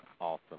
awesome